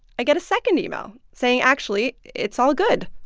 i get a second email saying actually it's all good.